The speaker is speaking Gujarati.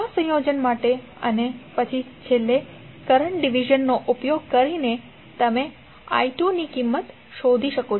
આ સંયોજન માટે અને પછી છેલ્લે કરંટ ડીવીઝનનો ઉપયોગ કરીને તમે i2 ની કિંમત શોધી શકો છો